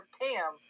Cam